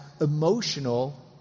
emotional